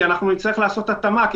כי אנחנו נצטרך לעשות התאמה,